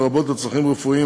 לרבות לצרכים רפואיים,